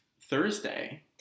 Thursday